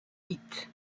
hit